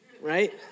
right